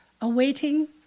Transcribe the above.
awaiting